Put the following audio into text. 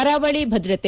ಕರಾವಳಿ ಭದ್ರತೆ